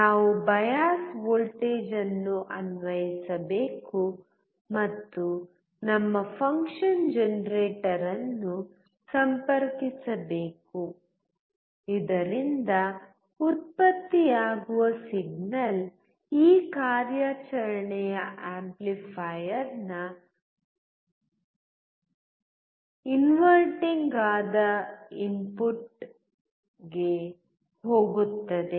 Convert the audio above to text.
ನಾವು bias voltage ಅನ್ನು ಅನ್ವಯಿಸಬೇಕು ಮತ್ತು ನಮ್ಮ ಫಂಕ್ಷನ್ ಜನರೇಟರ್ ಅನ್ನು ಸಂಪರ್ಕಿಸಬೇಕು ಇದರಿಂದ ಉತ್ಪತ್ತಿಯಾಗುವ ಸಿಗ್ನಲ್ ಈ ಕಾರ್ಯಾಚರಣೆಯ ಆಂಪ್ಲಿಫೈಯರ್ನ ತಲೆಕೆಳಗಾದ ಇನ್ಪುಟ್ಗೆ ಹೋಗುತ್ತದೆ